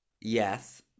Yes